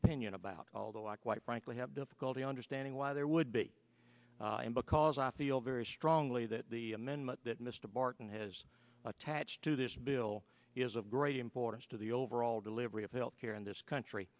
opinion about although i quite frankly have difficulty understanding why there would be and because i feel very strongly that the amendment that mr barton has attached to this bill is of great importance to the overall delivery of health care in this country